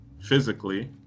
physically